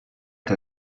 que